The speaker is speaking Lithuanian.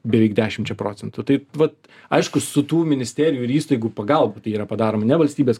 beveik dešimčia procentų tai vat aišku su tų ministerijų ir įstaigų pagalba tai yra padaroma ne valstybės